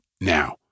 now